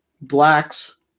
blacks